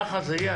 ככה זה יהיה.